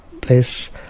place